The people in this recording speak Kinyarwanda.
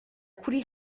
kuri